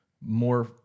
more